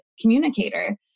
communicator